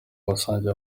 basangiye